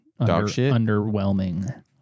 underwhelming